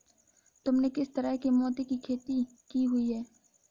तुमने किस तरह के मोती की खेती की हुई है?